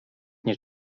nie